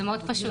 זה מאוד פשוט.